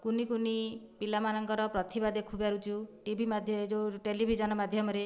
କୁନି କୁନି ପିଲାମାନଙ୍କର ପ୍ରତିଭା ଦେଖିପାରୁଛୁ ଟି ଭି ମାଧ୍ୟ ଯେଉଁ ଟେଲିଭିଜନ୍ ମାଧ୍ୟମରେ